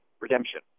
redemption